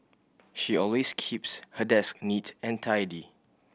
she always keeps her desk neat and tidy